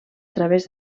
través